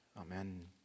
Amen